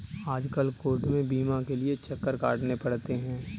आजकल कोर्ट में बीमा के लिये चक्कर काटने पड़ते हैं